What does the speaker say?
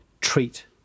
treat